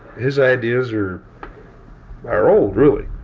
his ideas are are old, really.